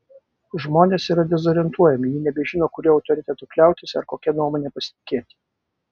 žmonės yra dezorientuojami jie nebežino kuriuo autoritetu kliautis ar kokia nuomone pasitikėti